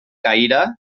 cadira